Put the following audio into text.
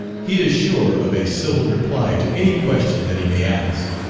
he is sure of a civil reply to any question that he may ask.